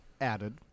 added